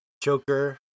Joker